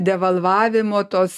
devalvavimo tos